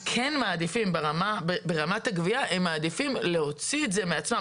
כן מעדיפים ברמת הגבייה להוציא את זה מעצמם.